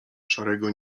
szarego